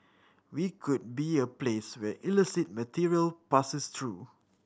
we could be a place where illicit material passes through